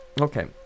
Okay